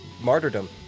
Martyrdom